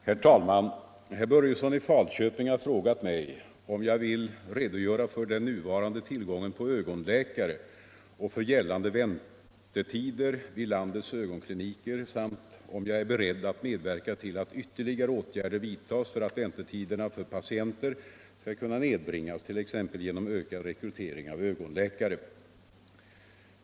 Herr talman! Herr Börjesson i Falköping har frågat mig om jag vill redogöra för den nuvarande tillgången på ögonläkare och för gällande väntetider vid landets ögonkliniker samt om jag är beredd att medverka till att ytterligare åtgärder vidtas för att väntetiderna för patienter skall kunna nedbringas, t.ex. genom ökad rekrytering av ögonläkare.